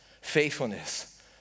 faithfulness